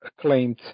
Claimed